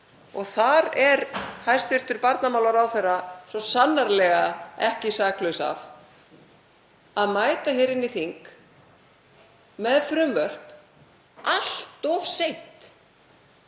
og þar er hæstv. barnamálaráðherra svo sannarlega ekki saklaus af, að mætt var inn í þing með frumvörp allt of seint.